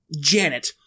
Janet